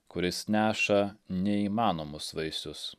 kuris neša neįmanomus vaisius